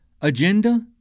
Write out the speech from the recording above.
agenda